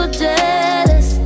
jealous